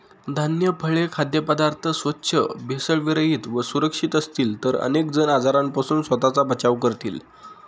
धान्य, फळे, खाद्यपदार्थ स्वच्छ, भेसळविरहित व सुरक्षित असतील तर अनेक जण आजारांपासून स्वतःचा बचाव करतील